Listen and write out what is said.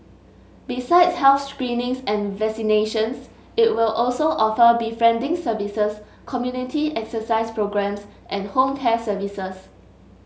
besides health screenings and vaccinations it will also offer befriending services community exercise programmes and home care services